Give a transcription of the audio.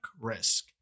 risk